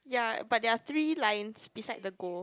ya but there are three lines beside the go